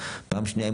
פעם שנייה,